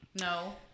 No